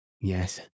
Yes